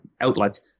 outlet